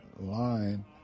line